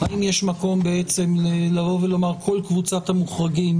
האם יש מקום בעצם לבוא ולומר שכל קבוצת המורגים,